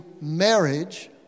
marriage